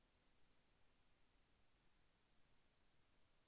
కుటుంబంలో ఋణం ఎవరికైనా ఇస్తారా?